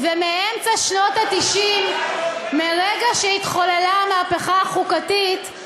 מאמצע שנות ה-90, מרגע שהתחוללה המהפכה החוקתית,